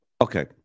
okay